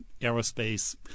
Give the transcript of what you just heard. aerospace